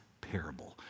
parable